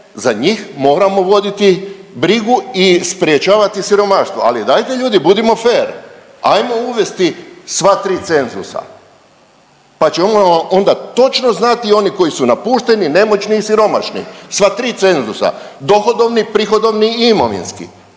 za njih moramo voditi brigu i sprječavati siromaštvo, ali dajte ljudi budimo fer, ajmo uvesti sva tri cenzusa, pa ćemo onda točno znati oni koji su napušteni, nemoćni i siromašni, sva tri cenzusa dohodovni, prihodovni i imovinski,